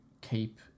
keep